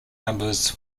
numbers